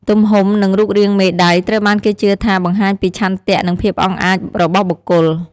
ទំហំ និងរូបរាងមេដៃ ត្រូវបានគេជឿថាបង្ហាញពីឆន្ទៈ និងភាពអង់អាចរបស់បុគ្គល។